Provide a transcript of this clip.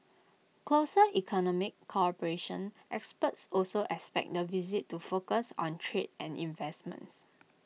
closer economic cooperation experts also expect the visit to focus on trade and investments